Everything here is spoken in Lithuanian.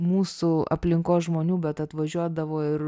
mūsų aplinkos žmonių bet atvažiuodavo ir